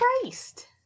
Christ